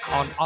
on